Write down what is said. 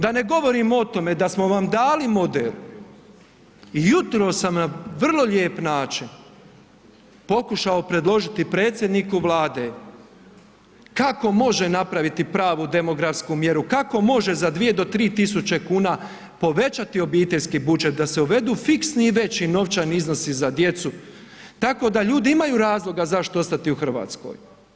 Da ne govorim o tome da smo vam dali model i jutros sam na vrlo lijep način pokušao predložiti predsjedniku Vlade kako može napraviti pravu demografsku mjeru, kako može za 2 do 3.000 kuna povećati obiteljski budžet da se uvedu fiksni i veći novčani iznosi djecu tako da ljudi imaju razloga zašto ostati u Hrvatskoj.